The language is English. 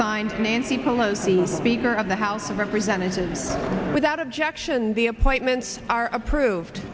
nine nancy pelosi speaker of the house of representatives without objection the appointments are approved